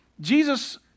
Jesus